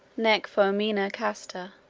nec foemina casta